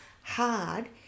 hard